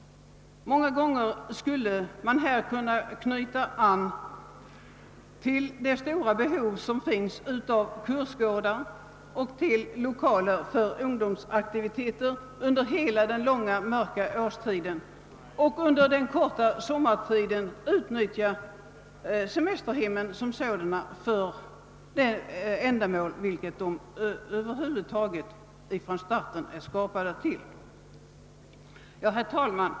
Många gånger kan semesterhemmen tillgodose det stora behovet av kursgårdar och lokaler för ungdomsaktiviteter under den långa mörka årstiden, och under den korta sommartiden kan de användas till det ändamål, för vilket de var avsedda från starten. Herr talman!